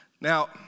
Now